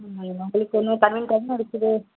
ஒன்றும் இல்லை நம்மளுக்கு இன்னும் பல டைம் இருக்குது